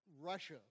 Russia